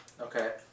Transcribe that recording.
Okay